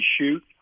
shoot